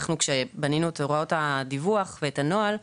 כשבנינו את הוראות הדיווח ואת הנוהל,